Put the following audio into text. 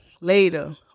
later